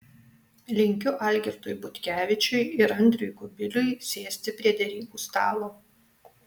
linkiu algirdui butkevičiui ir andriui kubiliui sėsti prie derybų stalo